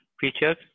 features